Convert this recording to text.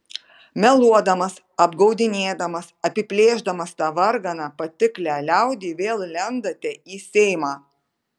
meluodamas apgaudinėdamas apiplėšdamas tą varganą patiklią liaudį vėl lendate į seimą